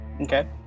Okay